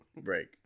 break